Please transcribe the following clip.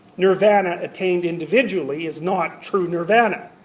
nirvana attained individually is not true nirvana.